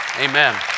Amen